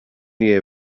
year